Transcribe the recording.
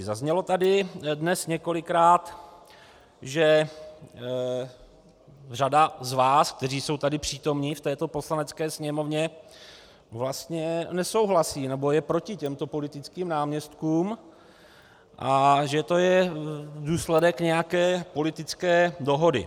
Zaznělo tady dnes několikrát, že řada z vás, kteří jsou tady přítomni v této Poslanecké sněmovně, vlastně nesouhlasí nebo je proti těmto politickým náměstkům a že to je důsledek nějaké politické dohody.